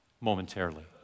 momentarily